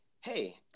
Hey